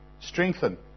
strengthen